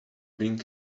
being